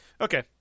Okay